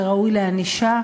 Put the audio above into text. זה ראוי לענישה,